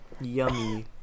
yummy